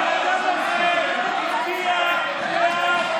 כמו ראש הממשלה שלך.